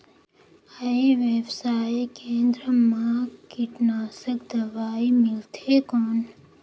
ई व्यवसाय केंद्र मा कीटनाशक दवाई मिलथे कौन?